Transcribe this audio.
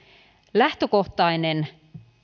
lähtökohtainen